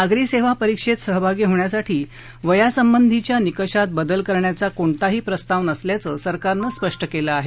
नागरी सेवा परिक्षेत सहभागी होण्यासाठी वयासंबंधीच्या निकषात बदल करण्याचा कोणताही प्रस्ताव नसल्याचं सरकारनं स्पष्ट केलं आहे